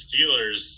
Steelers